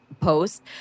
post